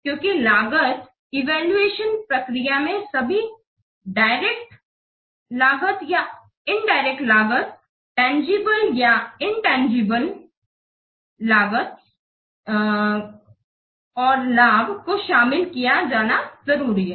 क्योकि लागत इवैल्यूएशन प्रक्रिया में सभी प्रत्यक्ष लागत या अप्रत्यक्ष लागत इनतंजीबले या तंजीबले लागत तथा इनतंजीबले या तंजीबले लाभ को शामिल किया जाना जरूरी है